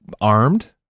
armed